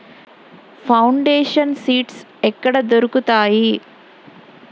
Foundation seeds ఎక్కడ దొరుకుతాయి?